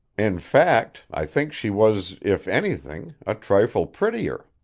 in fact i think she was, if anything, a trifle prettier.